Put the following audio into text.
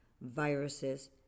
viruses